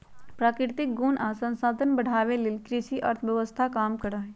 प्राकृतिक गुण आ संसाधन बढ़ाने लेल कृषि अर्थव्यवस्था काम करहइ